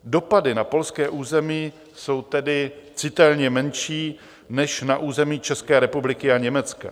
Dopady na polské území jsou tedy citelně menší než na území České republiky a Německa.